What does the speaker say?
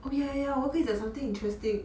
oh ya ya 我要跟你讲 something interesting